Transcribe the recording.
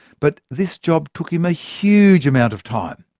but this job took him a huge amount of time.